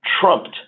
trumped